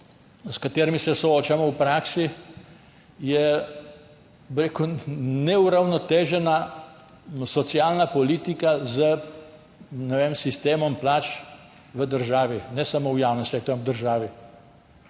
s katerimi se soočamo v praksi, je, bi rekel, neuravnotežena socialna politika s sistemom plač v državi. Ne samo v javnem sektorju, v državi.